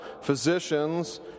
physicians